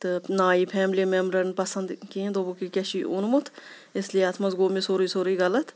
تہٕ نہ آے یہِ فیملی میمبرَن پَسنٛد کینٛہہ دوٚپُکھ یہِ کیا چھُت اوٚنمُت اِسلیے اَتھ منٛز گوٚو مےٚ سورُے سورُے غلط